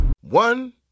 One